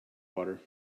water